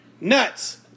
Nuts